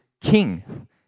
king